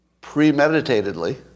premeditatedly